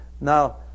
now